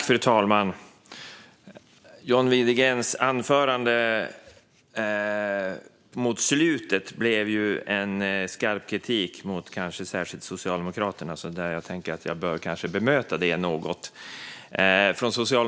Fru talman! Mot slutet blev John Widegrens anförande en skarp kritik mot kanske särskilt Socialdemokraterna, och jag tänker att jag bör bemöta den något.